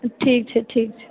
ठीक छै ठीक छै